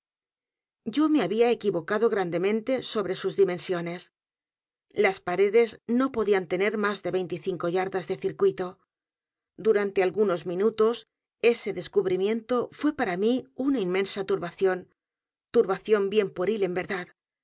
yo me había equivocado grandemente sobre sus dimensiones las paredes no podían tener más de veinticinco yardas de circuito durante algunos minutos ese descubrimiento fué para mí una inmensa turbación turbación bien pueril en verdad